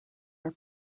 are